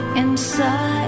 inside